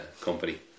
company